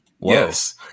Yes